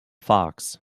fox